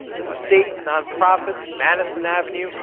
the state, non-profits, madison avenue,